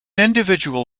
individual